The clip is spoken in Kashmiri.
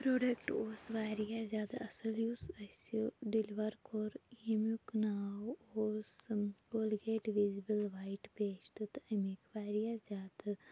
پروڈَکٹ اوس واریاہ زیادٕ اصٕل یُس اَسہِ ڈیٚلوَر کوٚر ییٚمیُک ناو اوس کولگیٹ وِزِبٕل وایِٹ پیسٹ تہٕ امِکۍ واریاہ زیادٕ